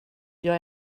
jag